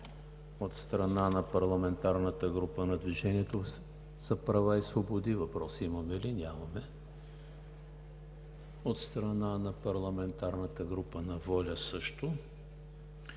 от страна на парламентарната група на „Движението за права и свободи“? Нямаме. От страна на парламентарната група на ВОЛЯ? Също